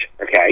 okay